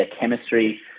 chemistry